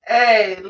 Hey